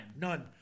None